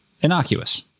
innocuous